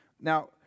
Now